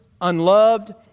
unloved